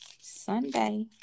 Sunday